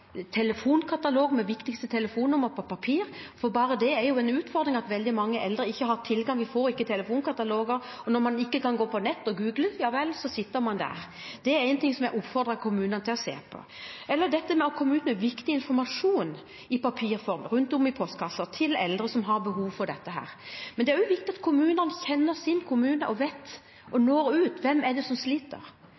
utfordring for veldig mange eldre som ikke har tilgang. De får ingen telefonkatalog, og når de ikke kan gå på nett og google, så sitter de der. Det er en ting jeg oppfordrer kommunene til å se på – eller det med å gå ut med viktig informasjon i papirform i postkassen til eldre som har behov for det. Det er også viktig at kommunene kjenner sin kommune, når ut og vet hvem det er som sliter. Den kartleggingen har jeg også tatt opp og